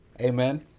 Amen